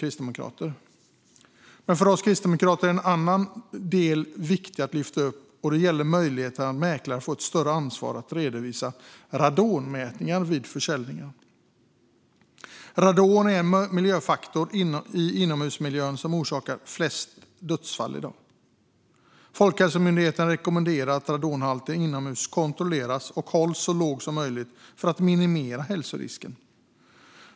För oss är en annan del viktig att lyfta upp. Det gäller möjligheten att mäklaren ska få ett större ansvar att redovisa radonmätningar vid försäljningar. Radon är den miljöfaktor i inomhusmiljön som orsakar flest dödsfall i dag. Folkhälsomyndigheten rekommenderar att radonhalten inomhus kontrolleras och hålls så låg som möjligt för att hälsorisken ska minimeras.